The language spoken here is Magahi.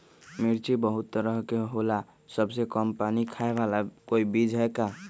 मिर्ची बहुत तरह के होला सबसे कम पानी खाए वाला कोई बीज है का?